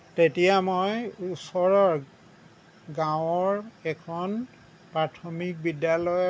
তেতিয়া মই ওচৰৰ গাঁৱৰ এখন প্ৰাথমিক বিদ্যালয়ত